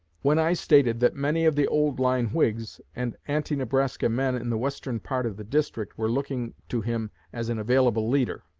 when i stated that many of the old-line whigs and anti-nebraska men in the western part of the district were looking to him as an available leader.